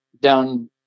down